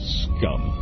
scum